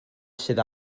sydd